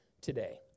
today